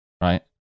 right